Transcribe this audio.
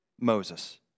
Moses